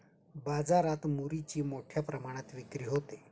बाजारात मुरीची मोठ्या प्रमाणात विक्री होते